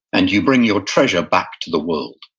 and you bring your treasure back to the world.